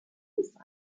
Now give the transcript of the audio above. designs